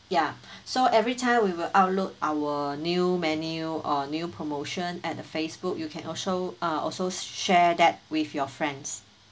ya so every time we will outlook our new menu or new promotion at the facebook you can also uh also share that with your friends